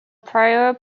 prior